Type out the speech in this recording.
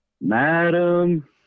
Madam